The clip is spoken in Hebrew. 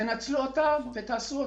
תנצלו את זה ותעשו אותן.